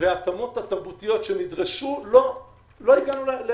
וההשמות התרבויות שנדרשו לא הגענו.